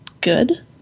good